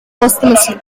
posthumously